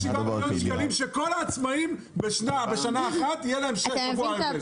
47 מיליון שקלים אם כל העצמאים בשנה אחת יהיה להם שבוע אבל.